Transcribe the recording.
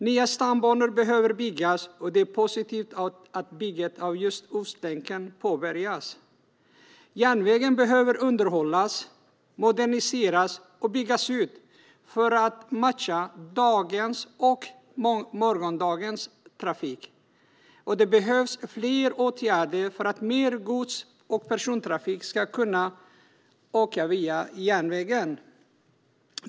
Nya stambanor behöver byggas, och det är positivt att bygget av just Ostlänken påbörjas. Järnvägen behöver underhållas, moderniseras och byggas ut för att matcha dagens och morgondagens trafik. Och det behövs fler åtgärder för att mer gods och persontrafik ska kunna åka via järnvägen.